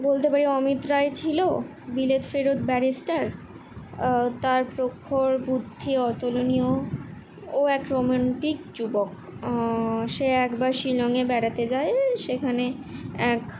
বলতে পারি অমিত রায় ছিল বিলেত ফেরত ব্যারিস্টার তার প্রখর বুদ্ধি অতুলনীয় ও এক রোম্যান্টিক যুবক সে একবার শিলংয়ে বেড়াতে যায় সেখানে এক